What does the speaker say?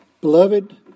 Beloved